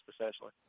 essentially